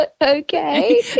okay